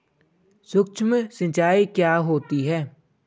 सुक्ष्म सिंचाई क्या होती है?